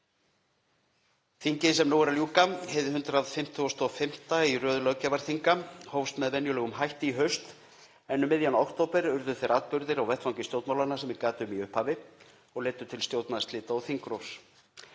Þingið, sem nú er að ljúka, hið 155. í röð löggjafarþinga, hófst með venjulegum hætti í haust en um miðjan október urðu þeir atburðir á vettvangi stjórnmálanna sem ég gat um í upphafi og leiddu til stjórnarslita og þingrofs.